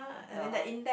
(uh huh)